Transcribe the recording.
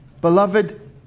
beloved